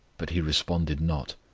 but he responded not,